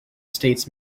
states